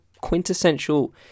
quintessential